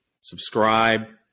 subscribe